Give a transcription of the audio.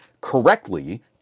Correctly